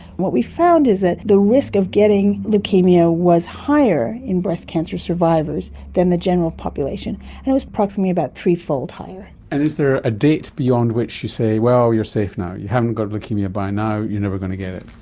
what we found is that the risk of getting leukaemia was higher in breast cancer survivors than the general population, and it was approximately about three-fold higher. and is there a date beyond which you say, well, you are safe now, you haven't got leukaemia by now, you're never going to get it?